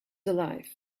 alive